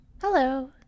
hello